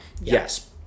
Yes